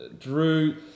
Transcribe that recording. Drew